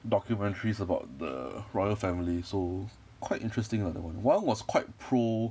documentaries about the royal family so quite interesting lah that one one was quite pro